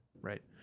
Right